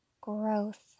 growth